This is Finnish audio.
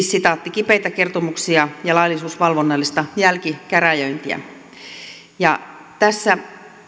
kipeitä kertomuksia ja laillisuusvalvonnallista jälkikäräjöintiä tässä